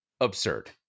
Absurd